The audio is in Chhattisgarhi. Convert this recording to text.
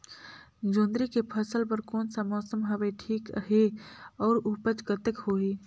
जोंदरी के फसल बर कोन सा मौसम हवे ठीक हे अउर ऊपज कतेक होही?